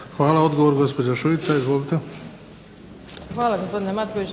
**Šuica, Dubravka (HDZ)** Hvala gospodine Matković,